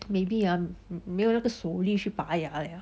maybe ah 没有那个手力去拔牙了